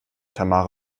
tamara